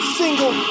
single